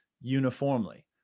uniformly